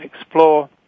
explore